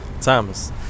Thomas